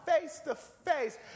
face-to-face